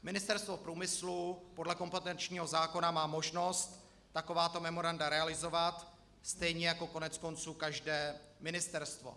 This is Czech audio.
Ministerstvo průmyslu podle kompetenčního zákona má možnost takováto memoranda realizovat stejně jako koneckonců každé ministerstvo.